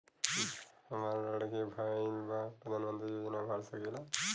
हमार लड़की भईल बा प्रधानमंत्री योजना भर सकीला?